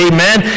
Amen